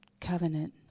covenant